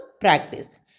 practice